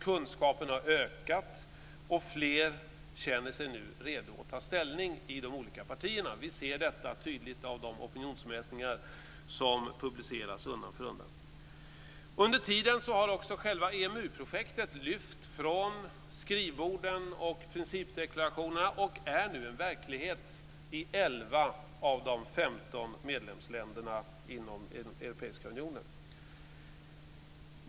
Kunskapen har ökat och fler känner sig nu redo att ta ställning i de olika partierna. Vi ser detta tydligt av de opinionsmätningar som publiceras undan för undan. Under tiden har också själva EMU-projektet lyfts från skrivborden och principdeklarationerna och det är nu en verklighet i 11 av de 15 medlemsländerna inom Europeiska unionen.